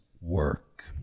work